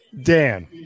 Dan